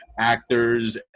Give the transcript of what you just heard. Actors